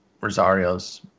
Rosario's